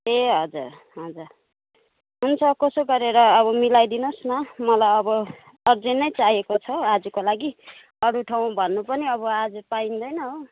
ए हजुर हुन्छ हुन्छ कसो गरेर अब मिलाइदिनुहोस् न मलाई अब अझै नै चाहिएको छ आजको लागि अरू ठाउँ भन्नु पनि अब आज पाइँदैन हो